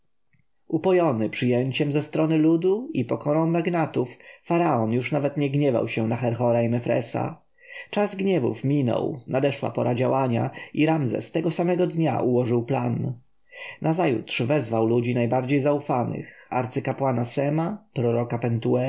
upojony przyjęciem ze strony ludu i pokorą magnatów faraon już nawet nie gniewał się na herhora i mefresa czas gniewów minął nadeszła chwila działania i ramzes tego samego dnia ułożył plan nazajutrz wezwał ludzi najbardziej zaufanych arcykapłana sema proroka pentuera